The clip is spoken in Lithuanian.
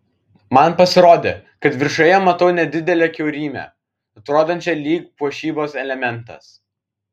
man pasirodė kad viršuje matau nedidelę kiaurymę atrodančią lyg puošybos elementas